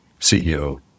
CEO